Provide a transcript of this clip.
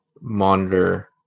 monitor